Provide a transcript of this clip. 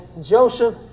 Joseph